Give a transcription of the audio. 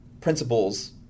principles